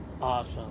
awesome